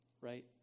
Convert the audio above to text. Right